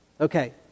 Okay